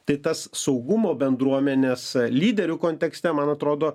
tai tas saugumo bendruomenės lyderių kontekste man atrodo